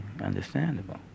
understandable